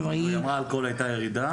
היא אמרה אלכוהול הייתה ירידה.